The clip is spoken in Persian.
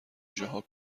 جاها